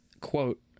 quote